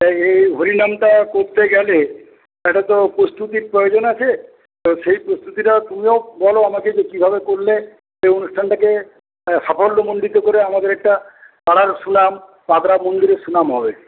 এই এই হরিনামটা করতে গেলে একটা তো প্রস্তুতির প্রয়োজন আছে সেই প্রস্তুতিটা তুমিও বলো আমাকে যে কীভাবে করলে সেই অনুষ্ঠানটাকে সাফল্যমন্ডিত করে আমাদের একটা পাড়ার সুনাম মন্দিরের সুনাম হবে